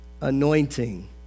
anointing